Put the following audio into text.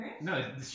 No